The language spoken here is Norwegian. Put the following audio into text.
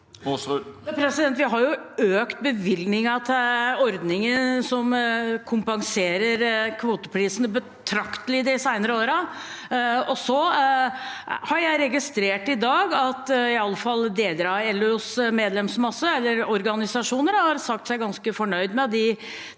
årene har vi jo økt bevilgningen til ordninger som kompenserer kvoteprisene betraktelig. Så har jeg registrert i dag at iallfall deler av LOs medlemsmasse, eller organisasjoner, har sagt seg ganske fornøyd med de